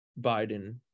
biden